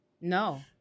No